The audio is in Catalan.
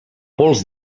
pols